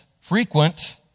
frequent